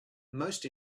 most